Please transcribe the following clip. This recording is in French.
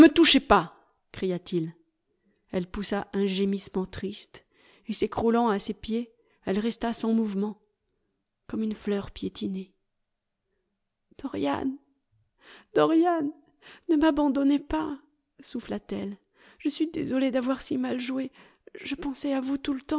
touchez pas cria-t-il elle poussa un gémissement triste et s'écroulant à ses pieds elle resta sans mouvement comme une fleur piétinée dorian dorian ne m'abandonnez pas souffla t-elle je suis désolée d'avoir si mal joué je pensais à vous